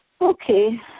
Okay